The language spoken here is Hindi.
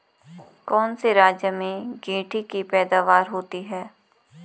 कौन से राज्य में गेंठी की पैदावार होती है?